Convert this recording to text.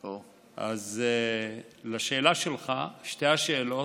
אז לשאלה שלך, שתי השאלות,